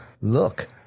look